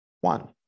one